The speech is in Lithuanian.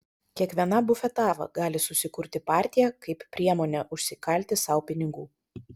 kiekviena bufetava gali susikurti partiją kaip priemonę užsikalti sau pinigų